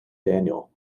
daniel